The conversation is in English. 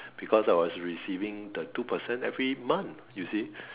because I was receiving the two percent every month you see